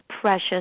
precious